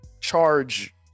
charge